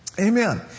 Amen